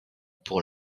pour